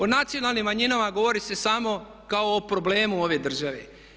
O nacionalnim manjinama govori se samo kao o problemu ove države.